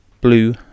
blue